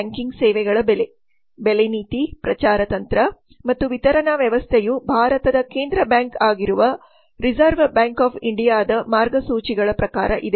banking ಸೇವೆಗಳ ಬೆಲೆ ಬೆಲೆ ನೀತಿ ಪ್ರಚಾರ ತಂತ್ರ ಮತ್ತು ವಿತರಣಾ ವ್ಯವಸ್ಥೆಯು ಭಾರತದ ಕೇಂದ್ರ ಬ್ಯಾಂಕ್ ಆಗಿರುವ ರಿಸರ್ವ್ರಿಸರ್ವ್ ಬ್ಯಾಂಕ್ ಆಫ್ ಇಂಡಿಯಾದ ಮಾರ್ಗಸೂಚಿಗಳ ಪ್ರಕಾರ ಇದೆ